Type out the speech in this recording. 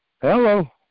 Hello